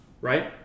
Right